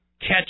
catch